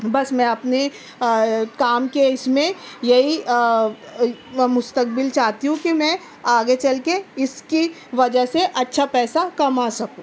بس میں اپنی کام کے اِس میں یہی میں مستقبل چاہتی ہوں کہ میں آگے چل کے اِس کی وجہ سے اچھا پیسہ کما سکوں